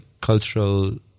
cultural